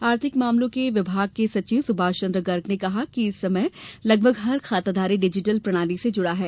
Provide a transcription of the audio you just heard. आर्थिक मामलों के विभाग के सचिव सुभाषचन्द्र गर्ग ने कहा कि इस समय लगभग हर खाताधारी डिजिटल प्रणाली से जुड़ा है